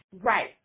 right